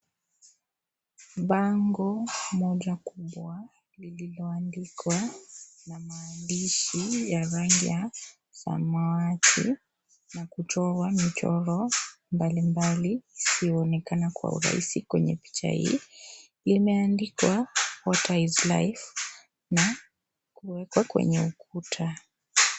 Bango moja kubwa lililoandikwa a maandishi ya rangi ya samawati na kuchorwa michoro mbalimbali isiyoonekana Kwa urahisi kwenye picha hii imeandikwa (CS)water is life(CS)na kuwekwa kwenye ukuta.